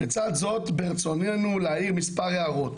"לצד זאת ברצוננו להעיר מספר הערות.